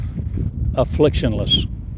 afflictionless